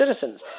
citizens